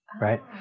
Right